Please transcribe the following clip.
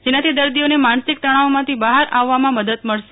જેનાથી દર્દીઓને માનસિક તણાવમાંથી બહાર આવવામાં મદદ મળશે